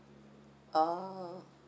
ah